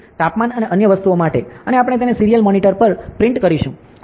read તાપમાન અને અન્ય વસ્તુઓ માટે અને આપણે તેને સીરીયલ મોનિટર પર પ્રિન્ટ કરીશું